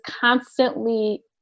constantly